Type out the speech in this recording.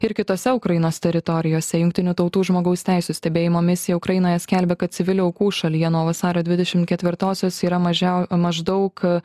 ir kitose ukrainos teritorijose jungtinių tautų žmogaus teisių stebėjimo misija ukrainoje skelbia kad civilių aukų šalyje nuo vasario dvidešim ketvirtosios yra mažiau maždaug